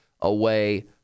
away